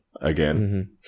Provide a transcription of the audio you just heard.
Again